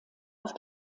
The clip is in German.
auf